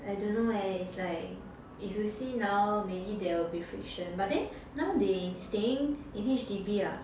I don't know eh it's like if you say now maybe there will be friction but then now they staying in H_D_B ah